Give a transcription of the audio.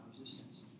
resistance